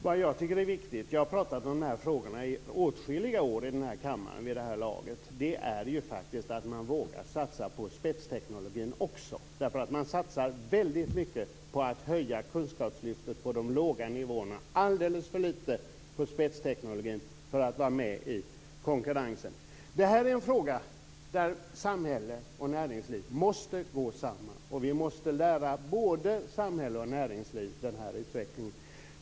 Herr talman! Jag har pratat om de här frågorna i åtskilliga år i den här kammaren vid det här laget, och det jag tycker är viktigt är att man vågar satsa på spetsteknologin också. Man satsar väldigt mycket på att höja kunskaperna på de låga nivåerna, men alldeles för litet på spetsteknologin för att vara med i konkurrensen. Det här är en fråga där samhälle och näringsliv måste gå samman. Vi måste lära av både samhälle och näringsliv i den här utvecklingen.